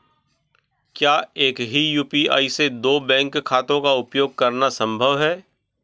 क्या एक ही यू.पी.आई से दो बैंक खातों का उपयोग करना संभव है?